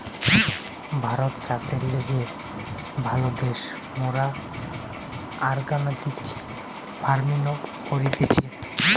ভারত চাষের লিগে ভালো দ্যাশ, মোরা অর্গানিক ফার্মিনো করতেছি